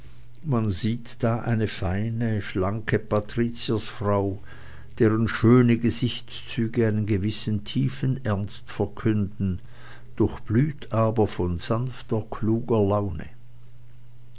man sieht da eine schlanke feine patrizierfrau deren schöne gesichtszüge einen gewissen tiefen ernst verkünden durchblüht aber von sanfter kluger laune